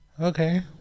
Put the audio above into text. okay